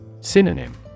Synonym